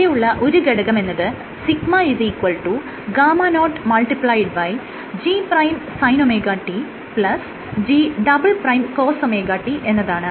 ഇവിടെ ഉള്ള ഒരു ഘടകമെന്നത് σ γG'Sinωt G"Cosωt എന്നതാണ്